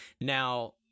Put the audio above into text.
now